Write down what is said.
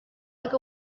like